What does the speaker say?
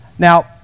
Now